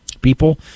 people